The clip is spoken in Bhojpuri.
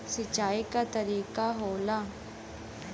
सिंचाई क तरीका होला